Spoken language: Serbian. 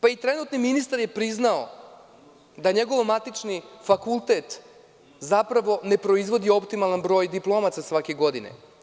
Pa i trenutni ministar je priznao da njegov matični fakultet zapravo ne proizvodi optimalan broj diplomaca svake godine.